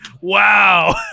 Wow